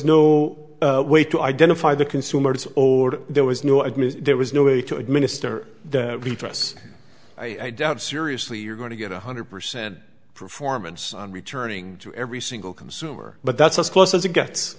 no way to identify the consumers or there was no admit there was no way to administer the beatrice i doubt seriously you're going to get one hundred percent performance on returning to every single consumer but that's as close as it gets